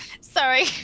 Sorry